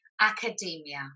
academia